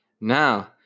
Now